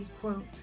quote